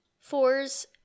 Fours